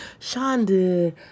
Shonda